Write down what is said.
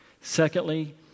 Secondly